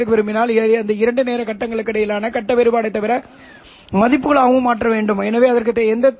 எனக்கு ஆப்டிகல் பெருக்கி இருக்கிறதா எனக்கு ஆப்டிகல் பெருக்கி இல்லை என்று மாறிவிடும் எனவே நான் என்ன செய்வது